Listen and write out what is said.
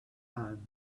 time